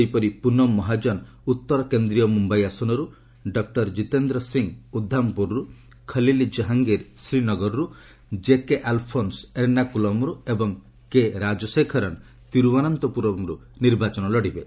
ସେହିପରି ପୁନମ୍ ମହାଜନ ଉତ୍ତର କେନ୍ଦ୍ରୀୟ ମୁମ୍ୟାଇ ଆସନରୁ ଡକ୍ଟର ଜିତେନ୍ଦ୍ର ସିଂ ଉଦ୍ଧାମପୁରରୁ ଖଲିଲ୍ ଜାହାଙ୍ଗିର ଶ୍ରୀନଗରରୁ କେଜେ ଆଲ୍ଫୋନ୍ସ୍ ଏର୍ଣ୍ଣାକୁଲମ୍ରୁ ଏବଂ କେ ରାଜାଶେଖରନ୍ ତିରୁବନନ୍ତପୁରମ୍ରୁ ନିର୍ବାଚନ ଲଢ଼ିବେ